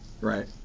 Right